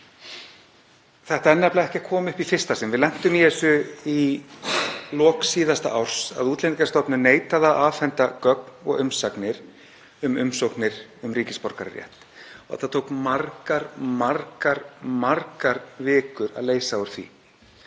Þetta er nefnilega ekki að koma upp í fyrsta sinn. Við lentum í því í lok síðasta árs að Útlendingastofnun neitaði að afhenda gögn og umsagnir um umsóknir um ríkisborgararétt. Það tók margar, margar vikur að leysa úr því.